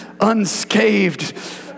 unscathed